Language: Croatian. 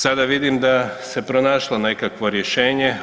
Sada vidim da se pronašlo nekakvo rješenje.